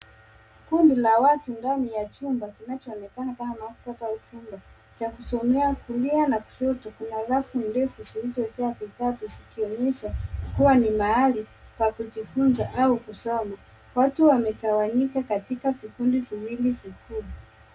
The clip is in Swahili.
Kundi la watu kinachoonekana kama maktaba au chumba cha kusomea . Kulia na kushoto kuna rafu ndefu zilizojaa bidhaa zikionyesha kuwa ni mahali pa kujifunza au kusoma. Watu wametawanyika katika vikundi viwili vikuu .